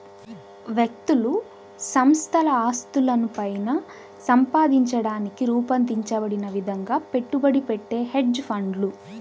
వ్యక్తులు సంస్థల ఆస్తులను పైన సంపాదించడానికి రూపొందించబడిన విధంగా పెట్టుబడి పెట్టే హెడ్జ్ ఫండ్లు